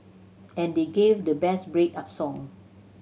and they gave the best break up song